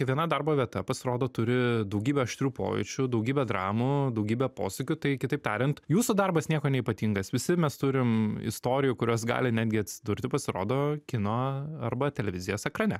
kiekviena darbo vieta pasirodo turi daugybę aštrių pojūčių daugybę dramų daugybę posūkių tai kitaip tariant jūsų darbas niekuo neypatingas visi mes turim istorijų kurios gali netgi atsidurti pasirodo kino arba televizijos ekrane